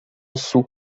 sul